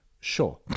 Sure